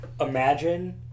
imagine